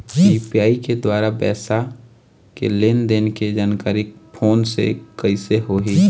UPI के द्वारा पैसा के लेन देन के जानकारी फोन से कइसे होही?